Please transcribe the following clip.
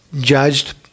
judged